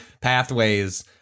pathways